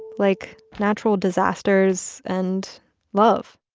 like natural disasters and love.